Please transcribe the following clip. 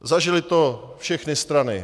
Zažily to všechny strany.